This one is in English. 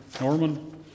Norman